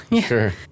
Sure